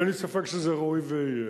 אין לי ספק שזה ראוי ויהיה.